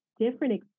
different